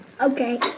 okay